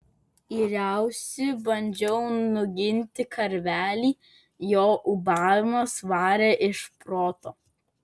yriausi bandžiau nuginti karvelį jo ūbavimas varė iš proto